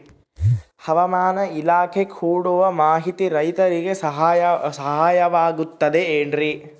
ಹವಮಾನ ಇಲಾಖೆ ಕೊಡುವ ಮಾಹಿತಿ ರೈತರಿಗೆ ಸಹಾಯವಾಗುತ್ತದೆ ಏನ್ರಿ?